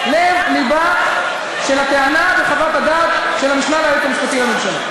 זה לב-לבה של הטענה בחוות הדעת של המשנה ליועץ המשפטי לממשלה.